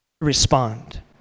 respond